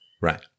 Right